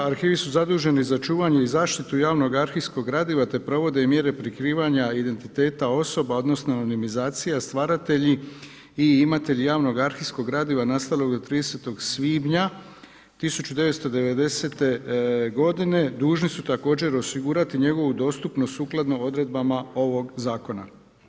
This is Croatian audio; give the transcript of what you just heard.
Arhivi su zaduženi za čuvanje i zaštitu javnog arhivskog gradiva te provode i mjere prikrivanja identiteta osoba, odnosno anonimizacija stvaratelji i imatelji javnog arhivskog gradiva nastalog do 30. svibnja 1990. godine, dužni su također osigurati njegovu dostupnost sukladno odredbama ovog zakona.